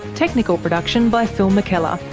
technical production by phil mckellar,